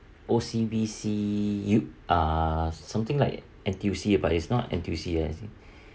O_C_B_C you uh something like N_T_U_C but it's not N_T_U_C I think